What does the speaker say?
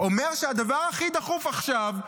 אומר שהדבר הכי דחוף עכשיו,